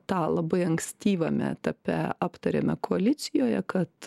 tą labai ankstyvame etape aptarėme koalicijoje kad